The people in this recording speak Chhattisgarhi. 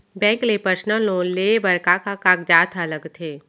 बैंक ले पर्सनल लोन लेये बर का का कागजात ह लगथे?